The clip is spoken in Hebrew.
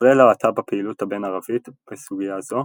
ישראל ראתה בפעילות הבין-ערבית בסוגיה זו